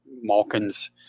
Malkin's